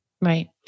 Right